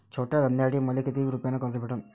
छोट्या धंद्यासाठी मले कितीक रुपयानं कर्ज भेटन?